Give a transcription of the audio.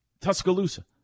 Tuscaloosa